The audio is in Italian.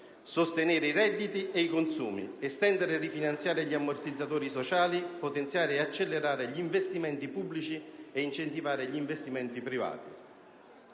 sostenere i redditi e i consumi, di estendere e rifinanziare gli ammortizzatori sociali, di potenziare e accelerare gli investimenti pubblici, di incentivare gli investimenti privati.